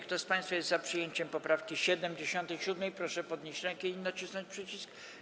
Kto z państwa jest za przyjęciem poprawki 77., proszę podnieść rękę i nacisnąć przycisk.